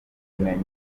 ubumenyi